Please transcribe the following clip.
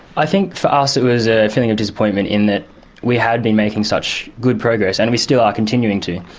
i think for us it was a feeling of disappointment in that we had been making such good progress and we still are continuing to,